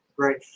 right